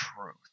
truth